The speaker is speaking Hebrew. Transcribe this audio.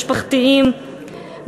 משפחתיים,